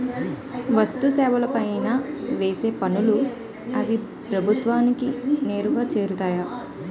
వస్తు సేవల పైన వేసే పనులు అనేవి ప్రభుత్వానికి నేరుగా వెళ్తాయి